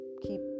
keep